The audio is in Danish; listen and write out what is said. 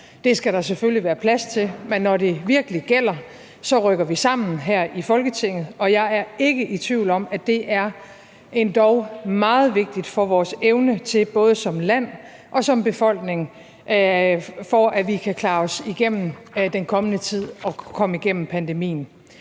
Det skal der selvfølgelig være plads til, men når det virkelig gælder, så rykker vi sammen her i Folketinget, og jeg er ikke i tvivl om, at det er endog meget vigtigt for vores evne til både som land og som befolkning at kunne klare os igennem den kommende tid og kunne komme igennem pandemien.